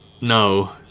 No